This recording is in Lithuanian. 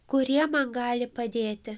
kurie gali padėti